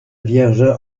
vierge